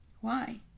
Why